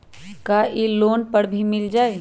का इ लोन पर मिल जाइ?